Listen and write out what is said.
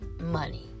money